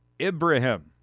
Ibrahim